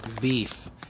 Beef